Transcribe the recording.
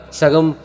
Sagam